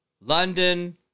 London